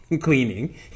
cleaning